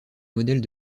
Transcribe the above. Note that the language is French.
modèles